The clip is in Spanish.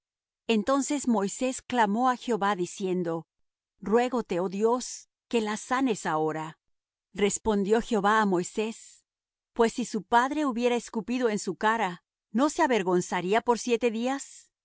entonces moisés clamó á jehová diciendo ruégote oh dios que la sanes ahora respondió jehová á moisés pues si su padre hubiera escupido en su cara no se avergonzaría por siete días